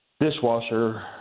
dishwasher